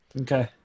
Okay